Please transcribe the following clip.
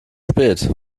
spät